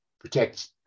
Protect